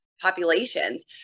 populations